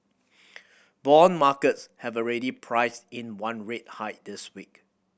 bond markets have already priced in one rate hike this week